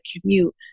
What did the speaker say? commute